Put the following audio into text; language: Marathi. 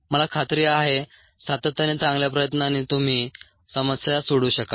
मला खात्री आहे सातत्याने चांगल्या प्रयत्नांनी तुम्ही समस्या सोडवू शकाल